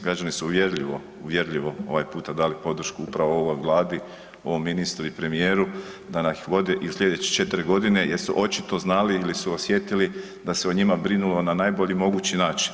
Građani su uvjerljivo, uvjerljivo ovaj puta dali podršku upravo ovoj Vladi, ovom ministru i premijeru da nas vode i sljedeće 4 godine jer su očito znali ili su osjetili da se o njima brinulo na najbolji mogući način.